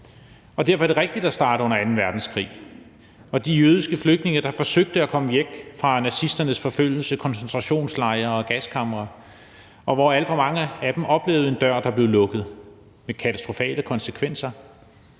Derfor er det rigtigt at starte under anden verdenskrig med de jødiske flygtninge, der forsøgte at komme væk fra nazisternes forfølgelse, koncentrationslejre og gaskamre, og hvor alt for mange af dem oplevede en dør, der blev lukket med katastrofale konsekvenser.